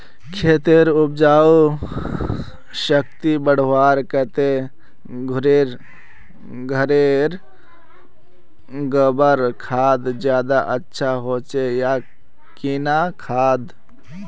खेतेर उपजाऊ शक्ति बढ़वार केते घोरेर गबर खाद ज्यादा अच्छा होचे या किना खाद?